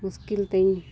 ᱢᱩᱥᱠᱤᱞ ᱛᱤᱧ